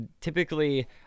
Typically